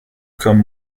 comme